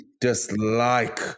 dislike